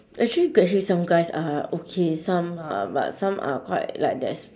actually actually some guys are okay some are but some are quite like des~